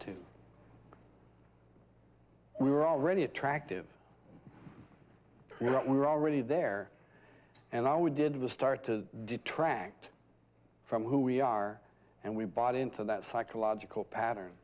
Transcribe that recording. to we're already attractive we're already there and all we did was start to detract from who we are and we bought into that psychological pattern